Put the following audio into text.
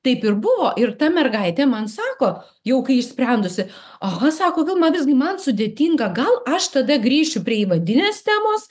taip ir buvo ir ta mergaitė man sako jau kai išsprendusi aha sako vilma visgi man sudėtinga gal aš tada grįšiu prie įvadinės temos